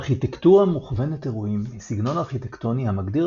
ארכיטקטורה מוכוונת אירועים היא סגנון ארכיטקטוני המגדיר